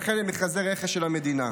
וכן במכרזי רכש של המדינה.